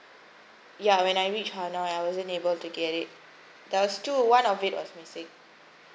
ya when I reach hanoi I wasn't able to get it there was two one of it was missing